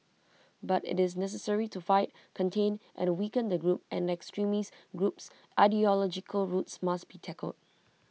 but IT is necessary to fight contain and weaken the group and the extremist group's ideological roots must be tackled